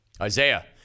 Isaiah